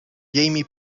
jamie